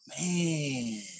man